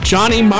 Johnny